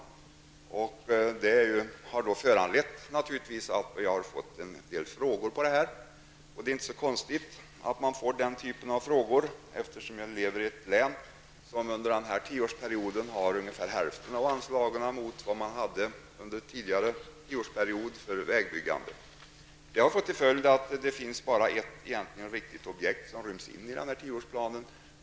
Detta har naturligtvis föranlett att det har ställts en del frågor till mig, vilket inte är så konstigt, eftersom anslagen till Värmlands län under denna tioårsperiod är ungefär hälften av anslagen till vägbyggande under tidigare tioårsperiod. Följden har blivit att det bara finns ett objekt som ryms inom tioårsperioden.